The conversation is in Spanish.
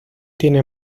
tiene